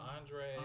Andre